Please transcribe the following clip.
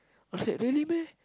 I said really meh